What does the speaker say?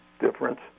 difference